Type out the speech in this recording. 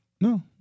No